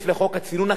יש חוק צינון,